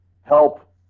help